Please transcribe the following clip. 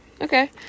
Okay